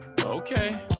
Okay